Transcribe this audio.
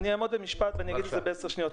אני אעמוד במשפט ואגיד את זה ב-10 שניות.